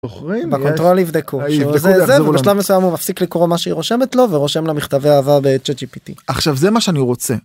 ‫בוחרים... בקונטרול יבדקו, שיבדקו ויחזרו אלינו. ‫בשלב מסוים הוא מפסיק לקרוא מה שהיא רושמת לו, ‫ורושם לה מכתבי אהבה בצ'אט gpt. - ‫עכשיו זה מה שאני רוצה.